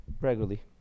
regularly